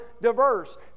diverse